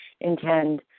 intend